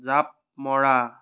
জাঁপ মৰা